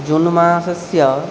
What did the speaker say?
जुन् मासस्य